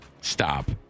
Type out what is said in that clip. Stop